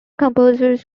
composers